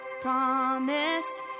promise